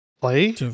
play